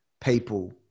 people